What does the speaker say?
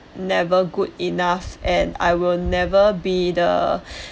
never good enough and I will never be the